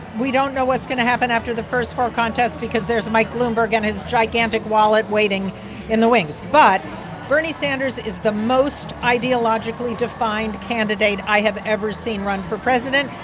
we don't know what's going to happen after the first four contests because there's mike bloomberg and his gigantic wallet waiting in the wings. but bernie sanders is the most ideologically defined candidate i have ever seen run for president.